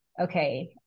okay